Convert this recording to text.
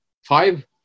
five